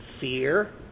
fear